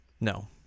No